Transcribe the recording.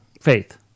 faith